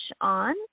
on